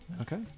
Okay